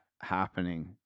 happening